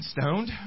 stoned